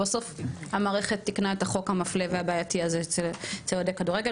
ובסוף המערכת תיקנה את החוק המפלה והבעייתי הזה אצל אוהדי כדורגל.